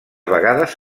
vegades